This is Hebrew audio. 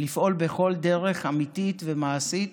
לפעול בכל דרך אמיתית ומעשית